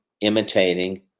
imitating